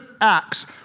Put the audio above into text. acts